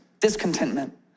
discontentment